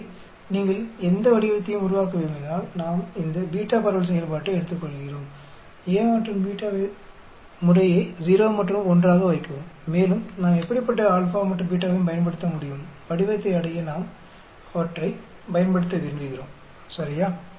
எனவே நீங்கள் எந்த வடிவத்தையும் உருவாக்க விரும்பினால் நாம் இந்த பீட்டா பரவல் செயல்பாட்டை எடுத்துக்கொள்கிறோம் A மற்றும் B ஐ முறையே 0 மற்றும் 1 ஆக வைக்கவும் மேலும் நாம் எப்படிப்பட்ட α மற்றும் β வையும் பயன்படுத்த முடியும் வடிவத்தை அடைய நாம் அவற்றை பயன்படுத்த விரும்புகிறோம் சரியா